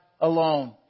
alone